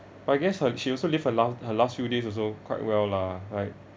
but I guess her she also lived her la~ her last few days also quite well lah right